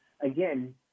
again